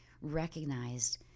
recognized